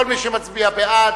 כל מי שמצביע בעד,